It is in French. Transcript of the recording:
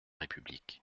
république